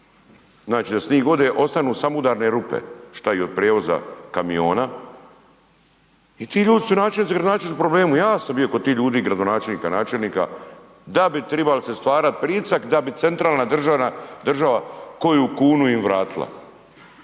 kada snig ode ostanu samo udarne rupe šta od prijevoza kamiona. I ti ljudi su načelnici, gradonačelnici u problemu, ja sam bio kod tih ljudi gradonačelnika, načelnika da bi tribali stvarati pritisak da bi centralna država koju kunu im vratila.